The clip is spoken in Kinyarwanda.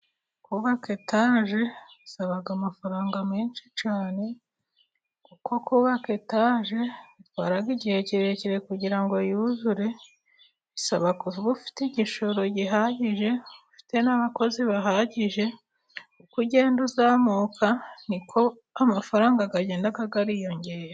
Kubaka etaje bisaba amafaranga menshi cyane , kuko kubaka etaje bitwara igihe kirekire kugira ngo yuzure. Bisaba kuba ufite igishoro gihagije, ufite n'abakozi bahagije, uko ugenda uzamuka niko amafaranga agenda ariyongera.